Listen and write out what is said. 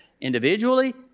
Individually